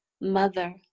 Mother